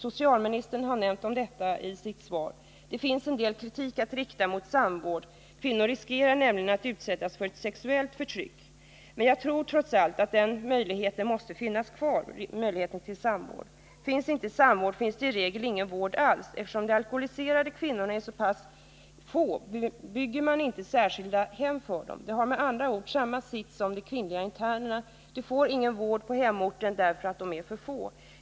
Socialministern har nämnt detta i sitt svar. Det finns en del kritik att rikta mot samvård — kvinnorna riskerar nämligen att utsättas för sexuellt förtryck — men jag tror trots allt att möjligheten till samvård måste finnas. Finns inte samvård, finns det i regel ingen vård alls. Eftersom de alkoholiserade kvinnorna är så få byggs inte särskilda hem för dem. De har med andra ord samma situation som de kvinnliga internerna. De får ingen vård på hemorten därför att de är för få.